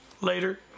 later